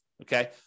okay